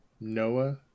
Noah